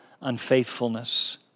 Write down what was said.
unfaithfulness